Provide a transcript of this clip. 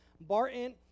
Barton